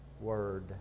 word